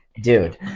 Dude